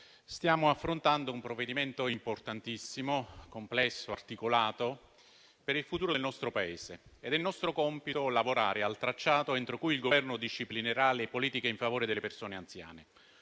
stiamo affrontando un provvedimento importantissimo, complesso e articolato per il futuro del nostro Paese: è nostro compito lavorare al tracciato entro cui il Governo disciplinerà le politiche in favore delle persone anziane.